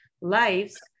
lives